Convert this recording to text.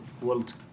world